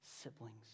siblings